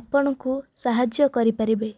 ଆପଣଙ୍କୁ ସାହାଯ୍ୟ କରିପାରିବେ